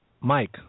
Mike